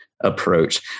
approach